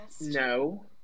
No